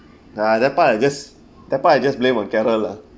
the other part I just that part I just blame on carol lah